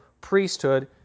priesthood